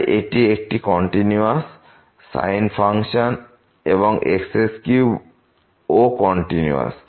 তাই এটি একটি কন্টিনিউয়াস sin ফাংশন এবং x3 ও কন্টিনিউয়াস